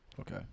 Okay